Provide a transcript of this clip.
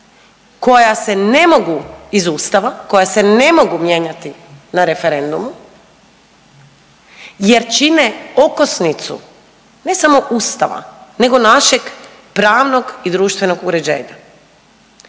koja se ne mogu, iz Ustava, koja se ne mogu mijenjati na referendumu jer čine okosnicu ne samo Ustava nego našeg pravnog i društvenog uređenja.